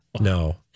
No